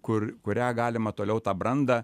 kur kuria galima toliau tą brandą